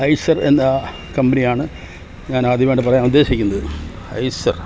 ഐസെർ എന്ന കമ്പനി ആണ് ഞാൻ ആദ്യമായിട്ട് പറയാൻ ഉദ്ദേശിക്കുന്നത് ഐസർ